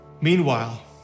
Meanwhile